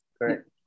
Correct